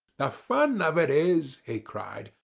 the fun of it is, he cried,